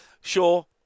Sure